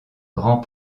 grand